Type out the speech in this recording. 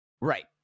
Right